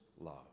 love